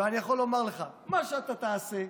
ואני יכול לומר לך, מה שאתה תעשה,